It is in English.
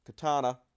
katana